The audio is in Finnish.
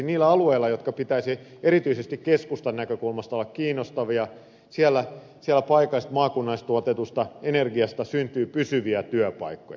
niillä alueilla joiden pitäisi erityisesti keskustan näkökulmasta olla kiinnostavia paikallisesti maakunnallisesti tuotetusta energiasta syntyy pysyviä työpaikkoja